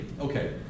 okay